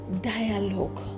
dialogue